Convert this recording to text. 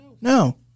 No